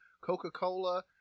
Coca-Cola